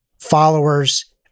followers